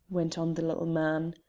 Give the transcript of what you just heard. went on the little man.